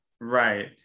Right